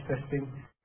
testing